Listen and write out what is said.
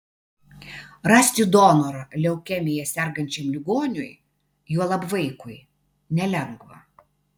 rasti donorą leukemija sergančiam ligoniui juolab vaikui nelengva